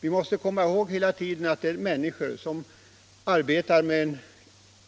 Vi måste hela tiden komma ihåg att detta rör människor som arbetar